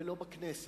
ולא בכנסת.